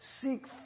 Seek